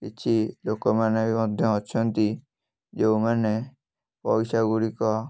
କିଛି ଲୋକମାନେ ବି ମଧ୍ୟ ଅଛନ୍ତି ଯେଉଁମାନେ ପଇସାଗୁଡ଼ିକ